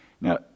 Now